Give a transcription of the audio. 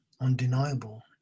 undeniable